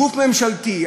גוף ממשלתי,